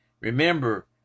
Remember